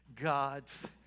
God's